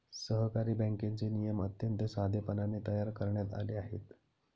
सहकारी बँकेचे नियम अत्यंत साधेपणाने तयार करण्यात आले आहेत